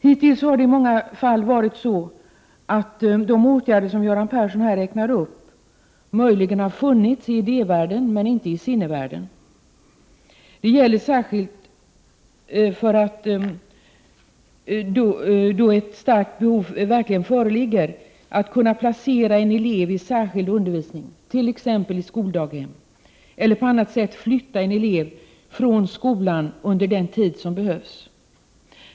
Hittills har det i många fall varit så, att de åtgärder som Göran Persson har räknat upp möjligen har funnits i idévärlden, men inte i sinnevärlden. Detta gäller särskilt då ett starkt behov har förelegat av att man skall kunna placera en elev i särskild undervisning, t.ex. i skoldaghem, eller på annat sätt flytta en elev från skolan under den tid som behövs.